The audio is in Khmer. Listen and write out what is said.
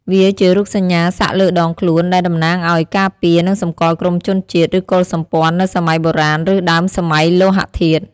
វាជារូបសញ្ញាសាក់លើដងខ្លួន ដែលតំណាងឱ្យការពារនិងសម្គាល់ក្រុមជនជាតិ ឬកុលសម្ព័ន្ធនៅសម័យបុរាណ ឬដើមសម័យលោហធាតុ។